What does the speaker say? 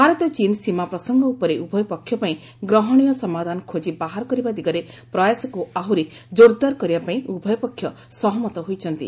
ଭାରତ ଚୀନ୍ ସୀମା ପ୍ରସଙ୍ଗ ଉପରେ ଉଭୟ ପକ୍ଷ ପାଇଁ ଗ୍ରହଣୀୟ ସମାଧାନ ଖୋଳି ବାହାର କରିବା ଦିଗରେ ପ୍ରୟାସକୁ ଆହୁରି କୋର୍ଦାର୍ କରିବାପାଇଁ ଉଭୟ ପକ୍ଷ ସହମତ ହୋଇଛନ୍ତି